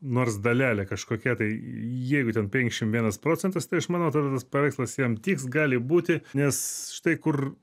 nors dalelė kažkokia tai jeigu ten penkiasdešimt vienas procentas tai aš manau tada tas paveikslas jam tiks gali būti nes štai kur